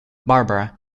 barbara